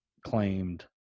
claimed